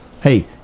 Hey